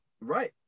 right